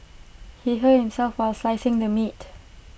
he hurt himself while slicing the meat